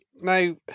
Now